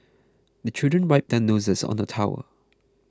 the children wipe their noses on the towel